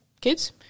kids